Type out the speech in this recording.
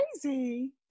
crazy